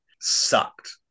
sucked